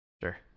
Sure